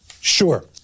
sure